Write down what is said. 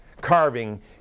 carving